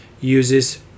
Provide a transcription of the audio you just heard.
uses